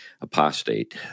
apostate